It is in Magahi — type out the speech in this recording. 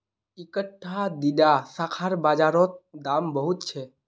इकट्ठा दीडा शाखार बाजार रोत दाम बहुत छे